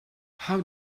how